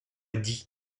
die